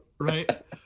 Right